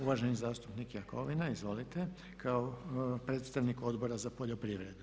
Uvaženi zastupnik Jakovina, izvolite kao predstavnik odbora za poljoprivredu.